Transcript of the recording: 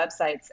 websites